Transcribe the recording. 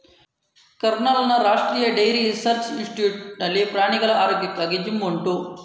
ಕರ್ನಾಲ್ನ ರಾಷ್ಟ್ರೀಯ dairy research institute ನಲ್ಲಿ ಪ್ರಾಣಿಗಳ ಆರೋಗ್ಯಕ್ಕಾಗಿ ಜಿಮ್ ಉಂಟು